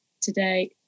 today